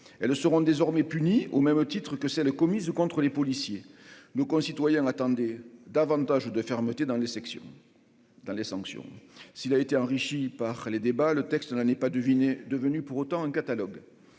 le seront désormais punis au même titre que celle commise ou contre les policiers, nos concitoyens l'attendaient davantage de fermeté dans les sections dans les sanctions, s'il a été enrichi par les débats, le texte n'a, n'est pas deviner devenu pour autant un catalogue,